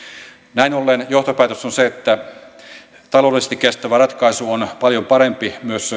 näin ollen johtopäätös on se että taloudellisesti kestävä ratkaisu on paljon parempi myös